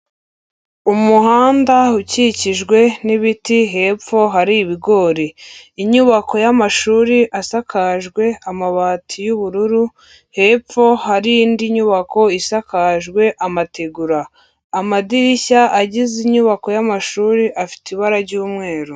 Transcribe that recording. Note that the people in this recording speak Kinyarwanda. Umuhanda ukikijwe n'ibiti hepfo hari ibigori. Inyubako y'amashuri asakajwe amabati y'ubururu hepfo hari indi nyubako isakajwe amategura. Amadirishya agize inyubako y'amashuri afite ibara ry'umweru.